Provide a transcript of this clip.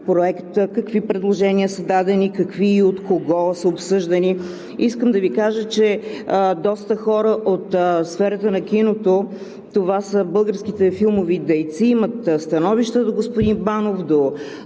проект – какви предложения са дадени, от кого са обсъждани. Искам да Ви кажа, че доста хора от сферата на киното – това са българските филмови дейци, имат становища до господин Банов, до